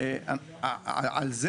על זה